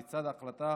לצד ההחלטה